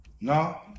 No